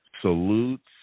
salutes